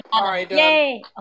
Yay